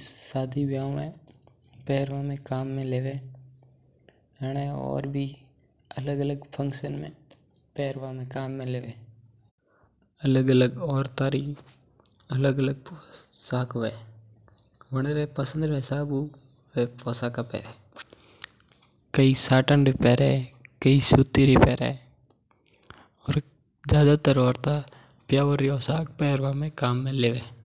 शादी व्याव में पेरवा में काम लेवे। अलग-अलग औरता री अलग-अलग पोशाका हवे और औरता अपनी पसंद रे हिसाब हुं पोशाका बनवावे और पैर।